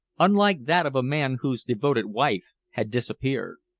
unlike that of a man whose devoted wife had disappeared.